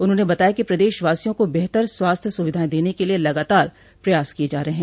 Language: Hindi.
उन्होंने बताया कि प्रदेशवासियों को बेहतर स्वास्थ्य सुविधाएं देने के लिये लगातार प्रयास किये जा रहे हैं